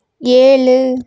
ஏழு